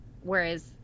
Whereas